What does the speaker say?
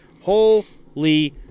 Holy